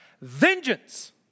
Vengeance